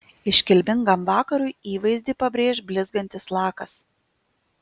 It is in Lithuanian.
iškilmingam vakarui įvaizdį pabrėš blizgantis lakas